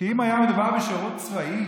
אם היה מדובר בשירות צבאי